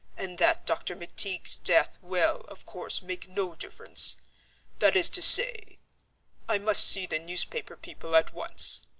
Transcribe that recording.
and that dr. mcteague's death will, of course, make no difference that is to say i must see the newspaper people at once.